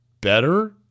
better